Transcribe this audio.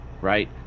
right